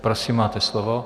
Prosím, máte slovo.